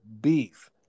beef